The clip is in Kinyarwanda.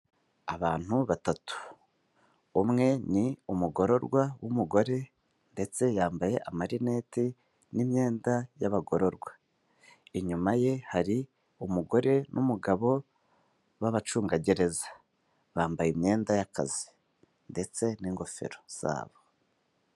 Abantu batatu umwe ni umugororwa w'umugore ndetse yambaye amarinete n'imyenda y'abagororwa, inyuma ye hari umugore n'umugabo b'abacunga gereza bambaye imyenda y'akazi ndetse n'ingofero zabo.